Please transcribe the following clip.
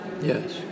Yes